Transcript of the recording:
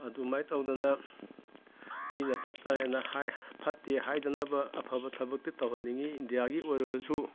ꯑꯗꯨꯃꯥꯏ ꯇꯧꯗꯅ ꯃꯤꯅ ꯐꯠꯇ꯭ꯔꯦꯅ ꯍꯥꯏ ꯐꯠꯇꯦ ꯍꯥꯏꯗꯅꯕ ꯑꯐꯕ ꯊꯕꯛꯇꯤ ꯇꯧꯍꯟꯅꯤꯡꯏ ꯏꯟꯗꯤꯌꯥꯒꯤ ꯑꯣꯏꯔꯒꯁꯨ